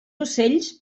ocells